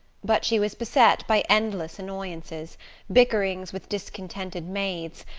but she was beset by endless annoyances bickerings with discontented maids,